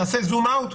תעשה זום אאוט,